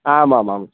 आमामाम्